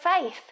faith